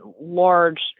large